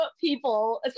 people